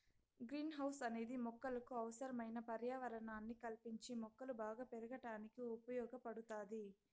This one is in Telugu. గ్రీన్ హౌస్ అనేది మొక్కలకు అవసరమైన పర్యావరణాన్ని కల్పించి మొక్కలు బాగా పెరగడానికి ఉపయోగ పడుతాది